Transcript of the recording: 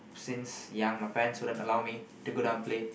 since young my parents wouldn't allow me to go down and play